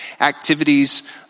activities